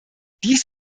dies